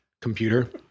computer